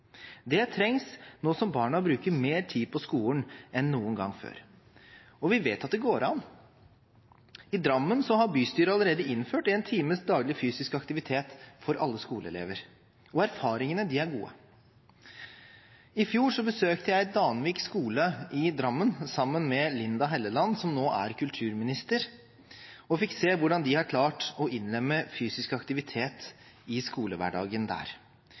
Det trengs nå som barna bruker mer tid på skolen enn noen gang før. Og vi vet at det går an. I Drammen har bystyret allerede innført én times daglig fysisk aktivitet for alle skoleelever, og erfaringene er gode. I fjor besøkte jeg Danvik skole i Drammen sammen med Linda Helleland, som nå er kulturminister, og fikk se hvordan de har klart å innlemme fysisk aktivitet i skolehverdagen der.